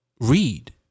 Read